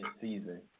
season